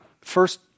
first